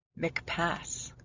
McPass